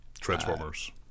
Transformers